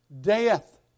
death